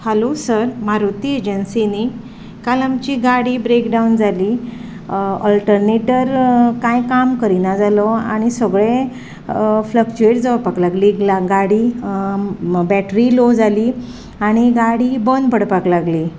हालो sir Maruti agency न्ही काल आमची गाडी ब्रेकडाउन जाली ऑलटर्नेटर कांय काम करिना जालो आनी सगळें फ्लक्चुएट जावपाक लागली गाडी बॅटरी लॉ जाली आनी गाडी बंद पडपाक लागली